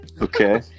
okay